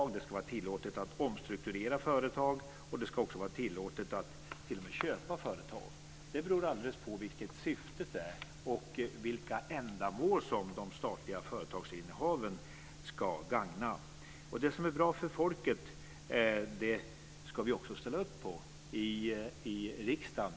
Det ska också vara tillåtet att omstrukturera företag och att t.o.m. köpa företag. Det beror helt och hållet på vad syftet är och på vilka ändamål som de statliga företagsinnehaven ska gagna. Det som är bra för folket ska vi ställa upp på här i riksdagen.